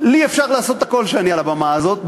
לי אפשר לעשות הכול כשאני על הבמה הזאת,